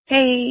Hey